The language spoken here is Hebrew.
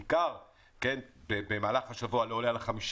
בעיקר במהלך השבוע, לא עולה על 50%,